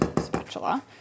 spatula